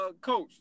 coach